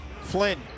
Flynn